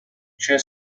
she